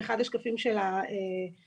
באחד השקפים של הזרוע.